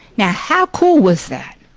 now how cool was that?